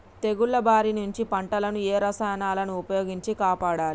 తెగుళ్ల బారి నుంచి పంటలను ఏ రసాయనాలను ఉపయోగించి కాపాడాలి?